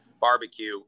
barbecue